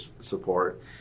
support